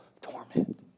torment